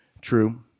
true